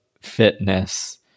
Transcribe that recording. fitness